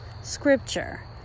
scripture